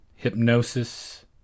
hypnosis